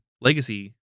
legacy